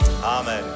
Amen